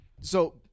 So-